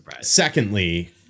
Secondly